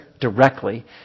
directly